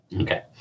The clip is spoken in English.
Okay